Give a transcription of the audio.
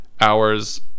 hours